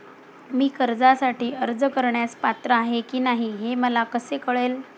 मी कर्जासाठी अर्ज करण्यास पात्र आहे की नाही हे मला कसे कळेल?